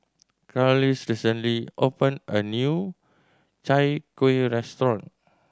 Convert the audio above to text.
Carlisle recently opened a new Chai Kuih restaurant